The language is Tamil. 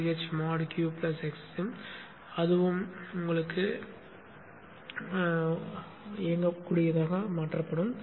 ch mod q x qsim அதுவும் இயங்கக்கூடியதாக மாற்றப்படும்